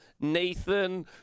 Nathan